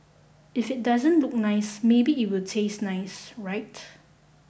if it doesn't look nice maybe it will taste nice right